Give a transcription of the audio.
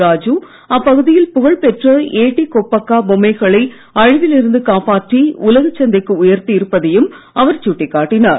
ராஜு அப்பகுதியில் புகழ் பெற்ற ஏட்டிகொப்பாக்கா பொம்மைகளை அழிவில் இருந்து காப்பாற்றி உலகச் சந்தைக்கு உயர்த்தி இருப்பதையும் அவர் சுட்டிக் காட்டினார்